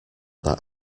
that